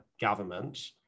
government